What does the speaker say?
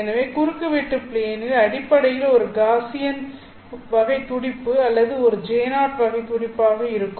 எனவே குறுக்குவெட்டு ப்ளேனின் அடிப்படையில் ஒரு காஸியன் வகை துடிப்பு அல்லது ஒரு J0 வகை துடிப்பாக இருக்கும்